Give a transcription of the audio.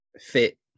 fit